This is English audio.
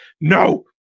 no